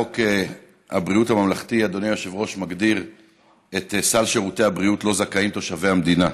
חוק בריאות ממלכתי מגדיר את סל שירותי הבריאות שלו זכאים תושבי המדינה.